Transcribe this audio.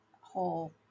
whole